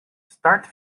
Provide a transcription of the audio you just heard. start